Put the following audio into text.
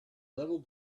level